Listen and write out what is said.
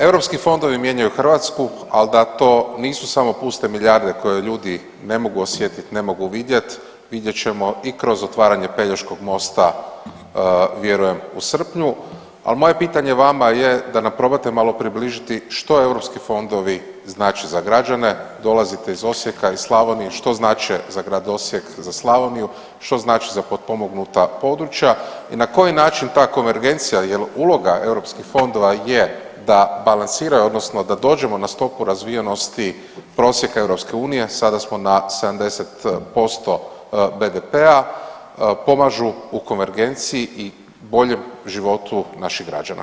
Europski fondovi mijenjaju Hrvatsku, al da to nisu samo puste milijarde koje ljudi ne mogu osjetit, ne mogu vidjet, vidjet ćemo i kroz otvaranje Pelješkog mosta vjerujem u srpnju, a moje pitanje vama je da nam probate malo približiti što europski fondovi znače za građane, dolazite iz Osijeka, iz Slavonije, što znače za grad Osijek, za Slavoniju, što znače za potpomognuta područja i na koji način ta konvergencija jel uloga europskih fondova je da balansiraju odnosno da dođemo na stopu razvijenosti prosjeka EU, sada smo na 70% BDP-a, pomažu u konvergenciju i boljem životu naših građana.